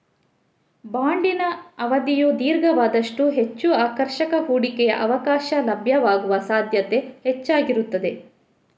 ಬಾಂಡಿನ ಅವಧಿಯು ದೀರ್ಘವಾದಷ್ಟೂ ಹೆಚ್ಚು ಆಕರ್ಷಕ ಹೂಡಿಕೆಯ ಅವಕಾಶ ಲಭ್ಯವಾಗುವ ಸಾಧ್ಯತೆ ಹೆಚ್ಚಾಗಿರುತ್ತದೆ